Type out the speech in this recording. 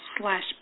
slash